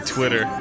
Twitter